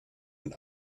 und